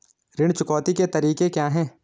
ऋण चुकौती के तरीके क्या हैं?